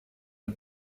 der